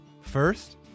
First